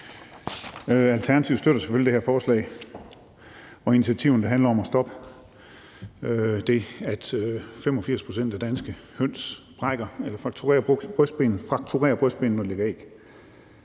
Alternativet støtter selvfølgelig det her forslag om initiativer, der handler om at stoppe det, at 85 pct. af danske høns får fraktur på brystbenet, når de lægger æg.